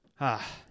Ah